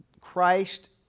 Christ